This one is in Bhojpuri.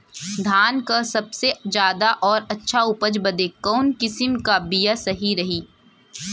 धान क सबसे ज्यादा और अच्छा उपज बदे कवन किसीम क बिया सही रही?